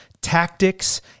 tactics